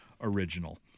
original